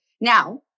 Now